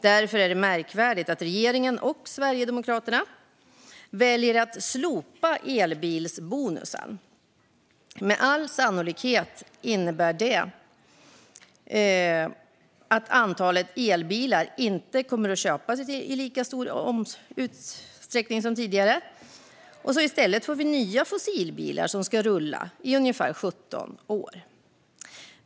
Därför är det märkvärdigt att regeringen och Sverigedemokraterna väljer att slopa elbilsbonusen. Med all sannolikhet innebär det att det inte kommer att köpas elbilar i lika stor utsträckning som tidigare och att vi i stället får nya fossilbilar som ska rulla i ungefär 17 år.